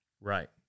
Right